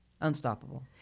unstoppable